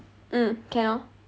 mm can orh